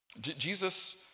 Jesus